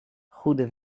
goede